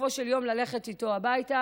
בסופו של יום ללכת איתו הביתה,